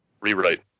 Rewrite